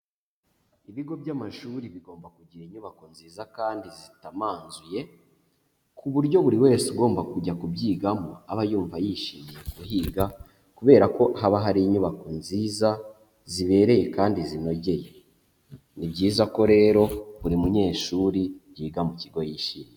Ibigo by'amashuri bigomba kugira inyubako nziza kandi zitamanzuye, ku buryo buri wese ugomba kujya kubyigamo aba yumva yishimiye kuhiga kubera ko haba hari inyubako nziza zibereye kandi zinogeye. Ni byiza ko rero buri munyeshuri yiga mu kigo yishimiye.